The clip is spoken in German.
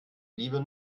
lieber